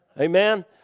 Amen